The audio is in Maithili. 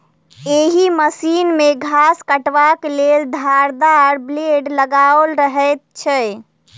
एहि मशीन मे घास काटबाक लेल धारदार ब्लेड लगाओल रहैत छै